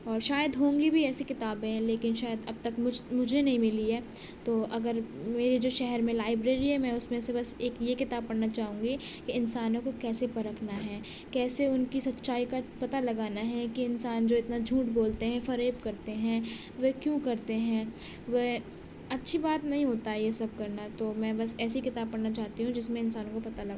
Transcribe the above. اور شاید ہوں گی بھی ایسی کتابیں لیکن شاید اب تک مجھ مجھے نہیں ملی ہے تو اگر میرے جو شہر میں لائبریری ہے میں اس میں سے بس ایک یہ کتاب پڑھنا چاہوں گی کہ انسانوں کو کیسے پرکھنا ہے کیسے ان کی سچائی کا پتہ لگانا ہے کہ انسان جو اتنا جھوٹ بولتے ہیں فریب کرتے ہیں وہ کیوں کرتے ہیں وہ اچھی بات نہیں ہوتا ہے یہ سب کرنا تو میں بس ایسی کتاب پڑھنا چاہتی ہوں جس میں انسانوں کو پتا لگا